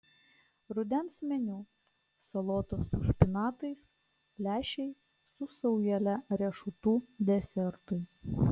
rudens meniu salotos su špinatais lęšiai su saujele riešutų desertui